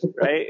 Right